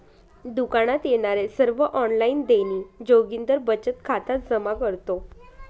दुकानात येणारे सर्व ऑनलाइन देणी जोगिंदर बचत खात्यात जमा करतो